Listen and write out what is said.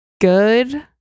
good